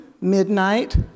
midnight